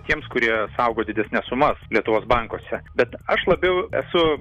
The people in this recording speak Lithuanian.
tiems kurie saugo didesnes sumas lietuvos bankuose bet aš labiau esu